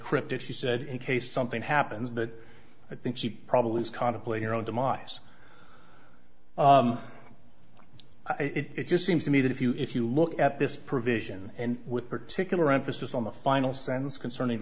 cryptic she said in case something happens but i think she probably is contemplate your own demise i think it just seems to me that if you if you look at this provision and with particular emphasis on the final sentence concerning